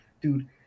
dude